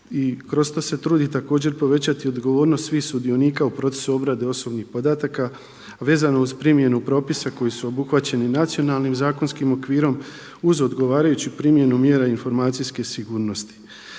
kroz to se trudi također povećati odgovornost svih sudionika u procesu obrade osobnih podataka, a vezano uz primjenu propisa koji su obuhvaćeni nacionalnim, zakonskim okvirom uz odgovarajuću primjenu mjera informacijske sigurnosti.